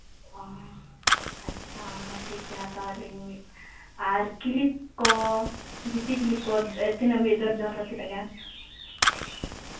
ᱚᱻ ᱟᱪᱪᱷᱟ ᱚᱱᱟ ᱢᱟ ᱴᱷᱤᱠ ᱜᱮᱭᱟ ᱦᱟᱛᱟᱣ ᱟᱹᱞᱤᱧ ᱟᱨ ᱠᱤᱞᱤᱯ ᱠᱚ ᱡᱤᱴᱤ ᱠᱤᱞᱤᱯ ᱠᱚ ᱛᱤᱱᱟᱹᱜ ᱢᱤᱫ ᱰᱚᱡᱚᱱ ᱨᱮ ᱛᱤᱱᱟᱹᱜ ᱜᱟᱱ